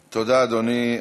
תודה, אדוני.